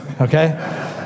okay